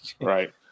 Right